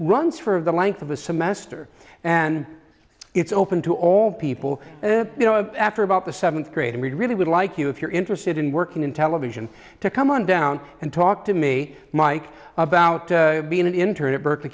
runs for of the length of a semester and it's open to all people you know after about the seventh grade and we really would like you if you're interested in working in television to come on down and talk to me mike about being an intern at berkeley